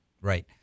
right